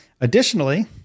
Additionally